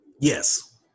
yes